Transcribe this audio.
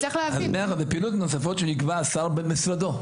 בפעילויות נוספות שיקבע השר במשרדו.